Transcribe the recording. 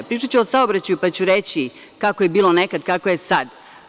Pričaću o saobraćaju, pa ću reći kako je nekada, kako je sada.